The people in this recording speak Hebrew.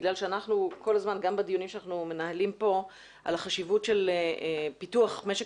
גם בדיונים שאנחנו מנהלים פה על החשיבות של פיתוח משק